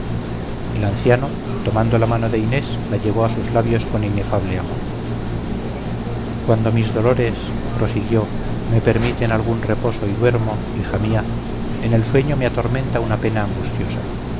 el anciano tomando la mano de inés la llevó a sus labios con inefable amor cuando mis dolores prosiguió me permiten algún reposo y duermo hija mía en el sueño me atormenta una pena angustiosa